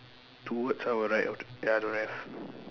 towards our right of the ya don't have